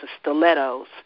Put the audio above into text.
stilettos